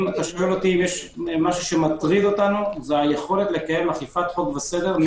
אם יש משהו שמטריד אותנו - היכולת לקיים אכיפת חוק וסדר.